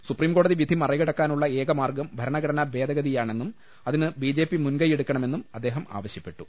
സുപ്രീംകോടതി വിധി മറികട ക്കാനുള്ള ഏകമാർഗും ഭരണഘടനാഭേദഗതിയാണെന്നും അതിന് ബിജെപി മുൻകൈയ്യെടുക്കണ്മെന്നും അദ്ദേഹം ആവശ്യപ്പെട്ടു